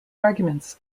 arguments